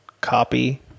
copy